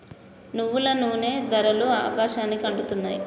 నువ్వుల నూనె ధరలు ఆకాశానికి అంటుతున్నాయి